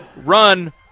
run